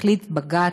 החליט בג"ץ,